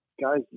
guys